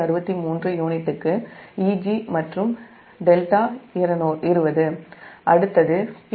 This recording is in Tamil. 463 யூனிட்டுக்கு Eg மற்றும் δ 200